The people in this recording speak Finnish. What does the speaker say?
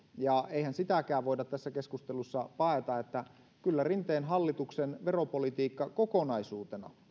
ja eihän sitäkään voida tässä keskustelussa paeta että kyllä rinteen hallituksen veropolitiikka kokonaisuutena